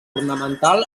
ornamental